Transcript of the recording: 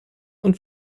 und